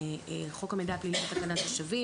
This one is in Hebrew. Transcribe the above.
חוק המידע הפלילי ותקנת השבים,